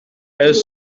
elles